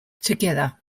together